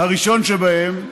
הראשון שבהם,